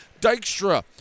Dykstra